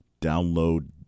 download